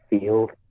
field